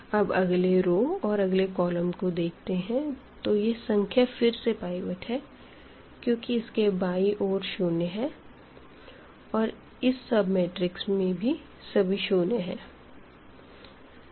अब हम अगले रो और अगले कॉलम को देखते है तो यह संख्या फिर से पाइवट है क्यूँकि इसके बायीं ओर शून्य है और इस सब मैट्रिक्स में भी सभी शून्य है